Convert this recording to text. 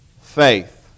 faith